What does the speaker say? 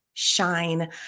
shine